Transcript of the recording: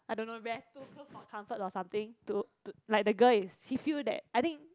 I don't know comfort or something to to like the girl she feels that I think